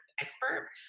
expert